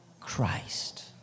Christ